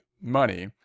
money